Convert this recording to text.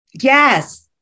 Yes